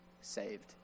saved